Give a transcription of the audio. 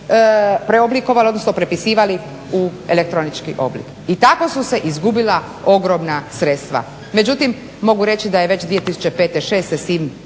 preoblikovali, odnosno prepisivali u elektronički oblik. I tako su se izgubila ogromna sredstva. Međutim mogu reći da je već 2005., 06.